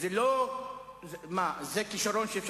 זו לא גזירה מהשמים שהשכבות החלשות הן שישלמו את המחיר.